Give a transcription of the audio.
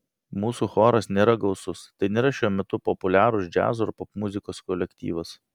mūsų choras nėra gausus tai nėra šiuo metu populiarūs džiazo ar popmuzikos kolektyvas